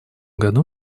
году